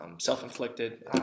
self-inflicted